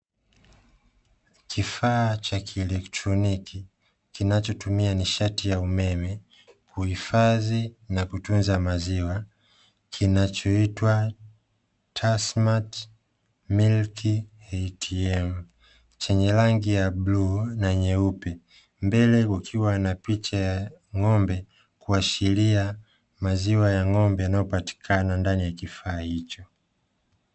Kifaa cha kielektroniki, kinachotumia nishati ya umeme, kuhifadhi na kutunza maziwa kinachoitwa "TASSMATT MILK ATM", chenye rangi ya bluu na nyeupe, mbele kukiwa na picha ya ng'ombe, kuashiria maziwa ya ng'ombe yanayopatikana ndani ya kifaa hicho.